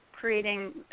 creating